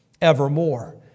evermore